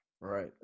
Right